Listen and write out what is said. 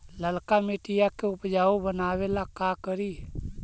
लालका मिट्टियां के उपजाऊ बनावे ला का करी?